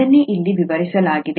ಅದನ್ನೇ ಇಲ್ಲಿ ವಿವರಿಸಲಾಗಿದೆ